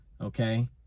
okay